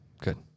good